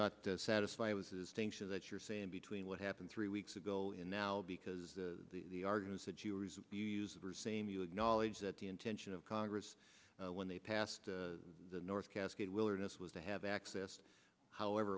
not satisfied with his thanks to that you're saying between what happened three weeks ago and now because the arguments that you use of the same you knowledge that the intention of congress when they passed the north cascades wilderness was to have access however